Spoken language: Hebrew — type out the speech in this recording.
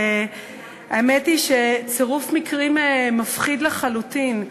והאמת היא שצירוף המקרים מפחיד לחלוטין.